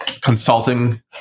consulting